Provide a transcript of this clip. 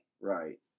Right